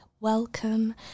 welcome